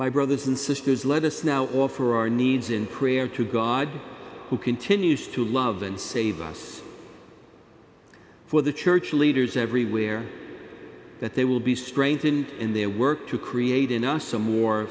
my brothers and sisters let us now offer our needs in prayer to god who continues to love and save us for the church leaders everywhere that they will be strengthened in their work to create in us some more